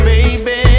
Baby